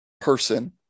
person